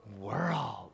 world